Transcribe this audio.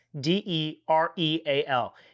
d-e-r-e-a-l